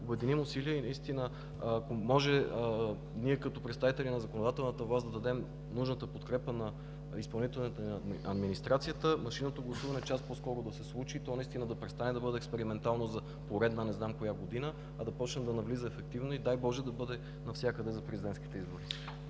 обединим усилия и ако може ние, като представители на законодателната власт, да дадем нужната подкрепа на изпълнителите, на администрацията, машинното гласуване час по-скоро да се случи и да престане да бъде експериментално за поредна не знам коя година, а да започне да навлиза ефективно и, дай Боже, да бъде навсякъде за президентските избори!